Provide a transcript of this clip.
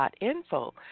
info